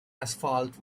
asphalt